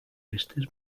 festes